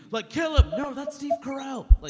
like, kill him. no, that's steve carell. like